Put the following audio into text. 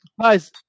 guys